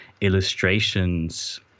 illustrations